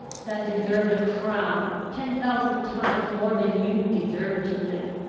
that deserved a crown, ten thousand times more than you deserve to live?